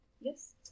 Yes